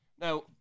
Now